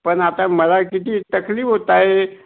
पण आता मला किती तकलीफ होत आहे